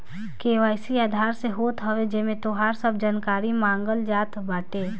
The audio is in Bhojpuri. के.वाई.सी आधार से होत हवे जेमे तोहार सब जानकारी मांगल जात बाटे